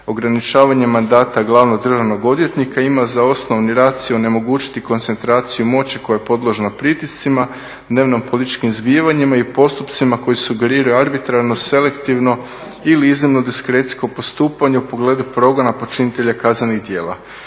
Ograničavanje mandata glavnog državnog odvjetnika ima za osnovi racio onemogućiti koncentraciju moći koja je podložna pritiscima, dnevnopolitičkim zbivanjima i postupcima koje sugerira arbitrarno, selektivno ili iznimno diskrecijsko postupanje u pogledu progona počinitelja kaznenih djela.